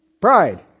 Pride